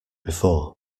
before